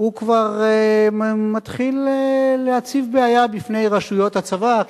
כבר מתחיל להציב בעיה בפני רשויות הצבא,